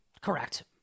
Correct